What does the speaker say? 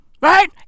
right